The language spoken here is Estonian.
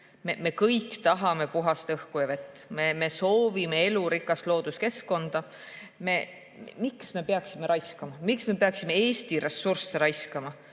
ju kõik tahame puhast õhku ja vett, me soovime elurikast looduskeskkonda. Miks me peaksime raiskama? Miks me peaksime Eesti ressursse raiskama?